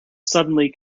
suddenly